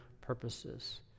purposes